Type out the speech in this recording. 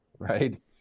right